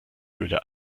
höhle